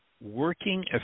working